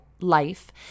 life